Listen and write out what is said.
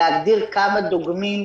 להגדיר כמה דוגמים,